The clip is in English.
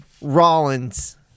Rollins